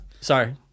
sorry